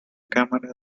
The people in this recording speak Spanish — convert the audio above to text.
cámara